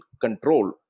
control